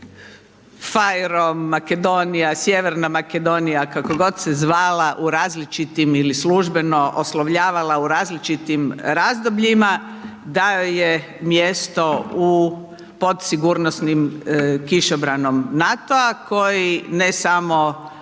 Makedonija, Sjeverna Makedonija, kako god se zvala, u različitim ili službeno oslovljavala u različitim razdobljima, da joj je mjesto u pod sigurnosnim kišobranom NATO-a koji ne samo